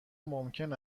ممکن